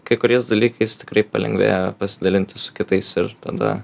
kai kuriais dalykais tikrai palengvėja pasidalinti su kitais ir tada